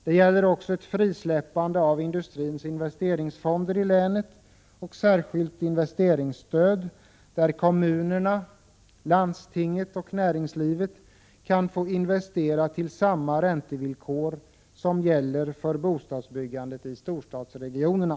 Det gäller också ett frisläppande av industrins investeringsfonder i länet och särskilt investeringsstöd, där kommunerna, landstinget och näringslivet kan få investera till samma räntevillkor som gäller för bostadsbyggandet i storstadsregionerna.